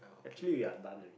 actually we are done